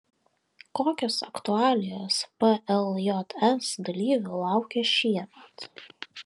kokios aktualijos pljs dalyvių laukia šiemet